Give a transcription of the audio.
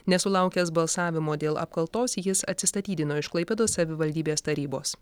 nesulaukęs balsavimo dėl apkaltos jis atsistatydino iš klaipėdos savivaldybės tarybos